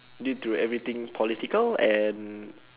due to everything political and